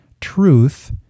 Truth